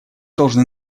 должны